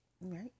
right